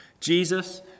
Jesus